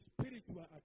Spiritual